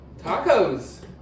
Tacos